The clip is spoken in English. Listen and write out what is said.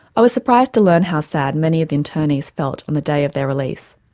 i was surprised to learn how sad many of the internees felt on the day of their release.